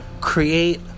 create